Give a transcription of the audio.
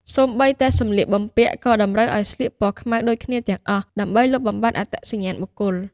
សូម្បីតែសម្លៀកបំពាក់ ក៏តម្រូវឱ្យស្លៀកពណ៌ខ្មៅដូចគ្នាទាំងអស់ ដើម្បីលុបបំបាត់អត្តសញ្ញាណបុគ្គល។